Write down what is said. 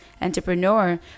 entrepreneur